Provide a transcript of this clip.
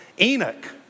Enoch